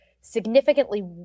significantly